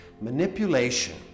Manipulation